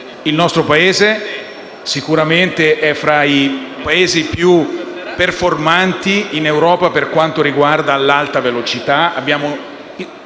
Il nostro Paese è sicuramente tra quelli più performanti, in Europa, per quanto riguarda l'alta velocità;